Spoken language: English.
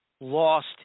lost